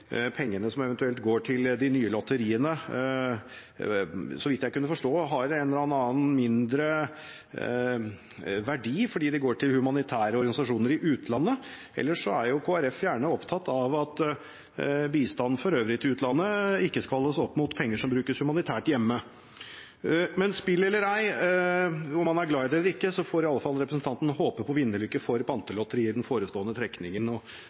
pengene som eventuelt går til de nye lotteriene – så vidt jeg kunne forstå – har mindre verdi fordi de går til humanitære organisasjoner i utlandet. Ellers er jo Kristelig Folkeparti gjerne opptatt av at bistanden for øvrig til utlandet ikke skal holdes opp mot penger som brukes humanitært hjemme. Men spill eller ei, og om man er glad i det, eller ikke, så får i alle fall representanten håpe på vinnerlykke for Pantelotteriet i den forestående trekningen